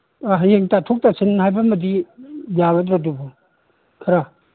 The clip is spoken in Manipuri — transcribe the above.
ꯑ ꯍꯌꯦꯡ ꯇꯥꯊꯣꯛ ꯇꯥꯁꯤꯟ ꯍꯥꯏꯕ ꯑꯃꯗꯤ ꯌꯥꯒꯗ꯭ꯔ ꯑꯗꯨꯕꯨ ꯈꯔ